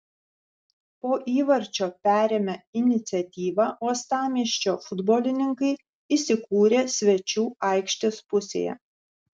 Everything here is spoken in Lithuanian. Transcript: po įvarčio perėmę iniciatyvą uostamiesčio futbolininkai įsikūrė svečių aikštės pusėje